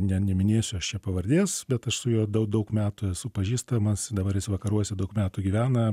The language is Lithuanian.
ne neminėsiu aš čia pavardės bet su juo daug metų esu pažįstamas dabar jis vakaruose daug metų gyvena